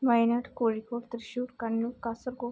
Wayanad Kozhikode Thrissur Kannur Kasaragod